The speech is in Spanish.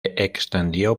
extendió